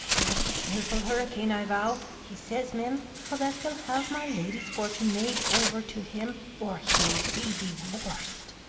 there's a fearful hurricane, i vow. he says, mem, how that he'll have my lady's fortune made over to him, or he'll be divorced.